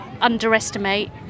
underestimate